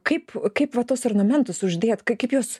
kaip kaip va tuos ornamentus uždėt kai kaip juos